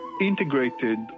integrated